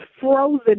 frozen